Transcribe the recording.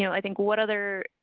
you know i think what other,